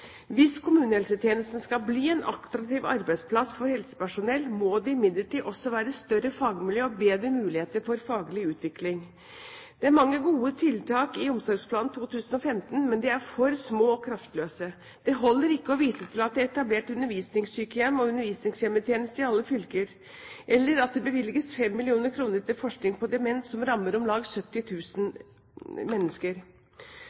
Hvis kommunehelsetjenesten skal bli en attraktiv arbeidsplass for helsepersonell, må det imidlertid også være større fagmiljø og bedre muligheter for faglig utvikling. Det er mange gode tiltak i Omsorgsplan 2015, men de er for små og kraftløse. Det holder ikke å vise til at det er etablert undervisningssykehjem og undervisningshjemmetjeneste i alle fylker, eller at det bevilges 5 mill. kr til forskning på demens, som rammer om lag